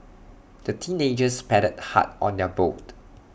the teenagers paddled hard on their boat